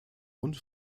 und